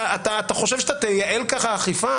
האם אתה חושב שאתה תייעל כף אכיפה?